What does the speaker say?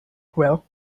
well